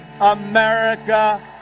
America